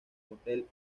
hotel